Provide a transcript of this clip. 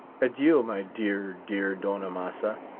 adieu, my dear, dear don amasa.